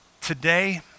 today